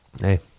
Hey